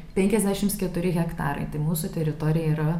penkiasdešims keturi hektarai tai mūsų teritorija yra